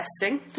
testing